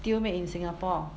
still made in singapore